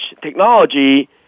technology